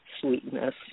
sweetness